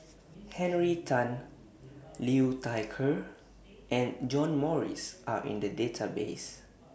Henry Tan Liu Thai Ker and John Morrice Are in The Database